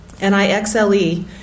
N-I-X-L-E